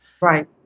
Right